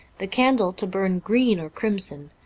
the candle to burn green or crimson,